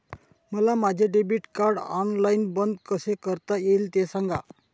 मला माझे debit card online बंद कसे करता येईल, ते सांगा